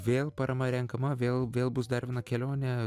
vėl parama renkama vėl vėl bus dar viena kelionė